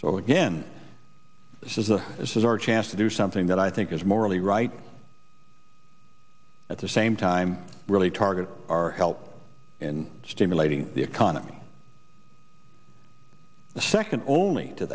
but again this is a this is our chance to do something that i think is morally right at the same time really target our help in stimulating the economy the second only to